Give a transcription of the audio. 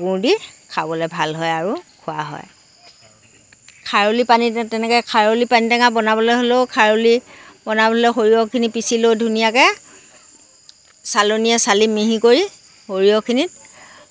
গুৰ দি খাবলৈ ভাল হয় আৰু খোৱা হয় খাৰলি পানী তেনেকৈ খাৰলি পানীটেঙা বনাবলৈ হ'লেও খাৰলি বনাবলৈ হ'লে সৰিয়হখিনি পিছি লৈ ধুনীয়াকৈ চালনিৰে চালি মিহি কৰি সৰিয়হখিনিত